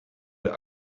der